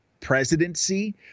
presidency